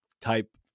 type